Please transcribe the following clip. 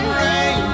rain